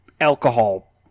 alcohol